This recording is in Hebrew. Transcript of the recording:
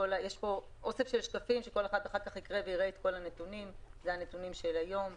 יש פה אוסף של שקפים, אני לא איכנס לכולם.